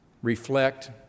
reflect